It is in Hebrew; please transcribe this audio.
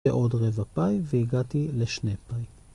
ועוד רבע פאי והגעתי לשני פאי.